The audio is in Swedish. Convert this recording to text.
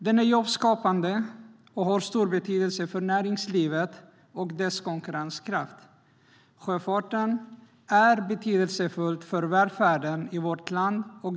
Den är jobbskapande och har stor betydelse för näringslivet och dess konkurrenskraft. Sjöfarten är betydelsefull för välfärden i vårt land.